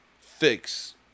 fix